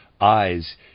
eyes